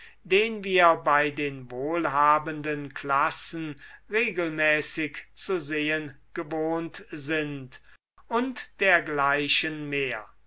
den wir bei den wohlhabenden klassen regelmäßig zu sehen gewohnt sind u dgl mehr